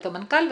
ואת המנכ"ל,